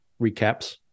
recaps